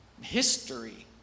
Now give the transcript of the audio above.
history